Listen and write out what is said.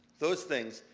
those things,